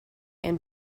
and